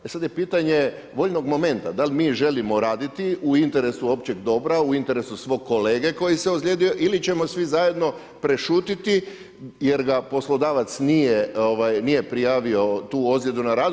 E sad je pitanje voljnog momenta, da li mi želimo raditi u interesu općeg dobra, u interesu svog kolege koji se ozlijedio ili ćemo svi zajedno prešutjeti jer ga poslodavac nije prijavio tu ozljedu na radu.